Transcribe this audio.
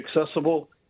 accessible